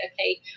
okay